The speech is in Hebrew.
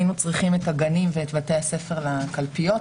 היינו צריכים את הגנים ואת בתי הספר לקלפיות.